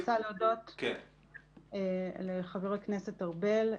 אני רוצה להודות לחבר הכנסת ארבל.